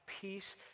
peace